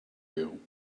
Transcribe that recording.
you